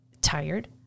tired